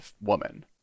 woman